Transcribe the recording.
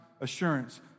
assurance